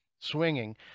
swinging